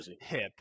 hip